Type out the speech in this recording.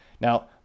now